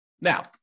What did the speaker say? Now